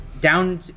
down